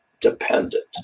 dependent